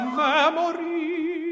memory